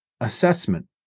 Assessment